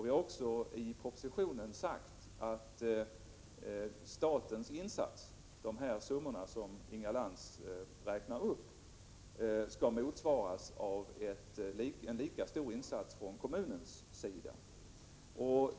Vi har också i propositionen sagt att statens insats — de summor som Inga Lantz räknar upp — skall motsvaras av en lika stor insats från kommunens sida.